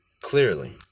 Clearly